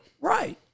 Right